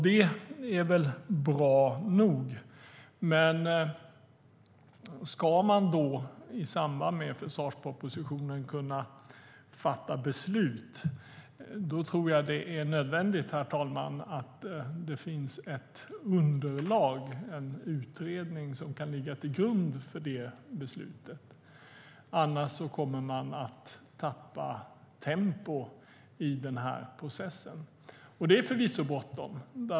Det är väl bra nog, men ska man i samband med försvarspropositionen kunna fatta beslut tror jag att det är nödvändigt, herr talman, att det finns ett underlag, en utredning som kan ligga till grund för det beslutet. Annars kommer man att tappa tempo i processen. Det är förvisso bråttom.